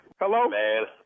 Hello